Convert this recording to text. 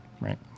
Right